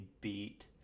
beat